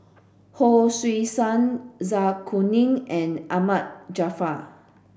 Hon Sui Sen Zai Kuning and Ahmad Jaafar